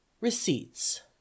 Receipts